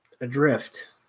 adrift